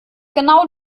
genau